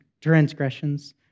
transgressions